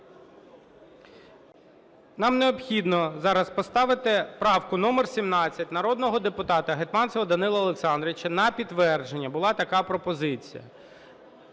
Нам необхідно зараз поставити правку номер 17 народного депутата Гетманцева Данила Олександровича на підтвердження. Була така пропозиція.